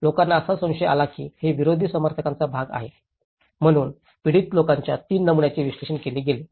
लोकांना असा संशय आला आहे की हे विरोधी समर्थकांचा भाग आहे म्हणूनच पीडित लोकांच्या 3 नमुन्यांचे विश्लेषण केले गेले आहे